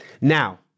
Now